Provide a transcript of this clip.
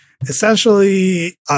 essentially